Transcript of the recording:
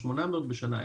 800 בשנה,